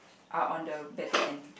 are on the better end